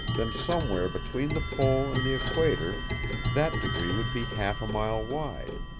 then somewhere between the pole and the equator that degree would be half a mile wide,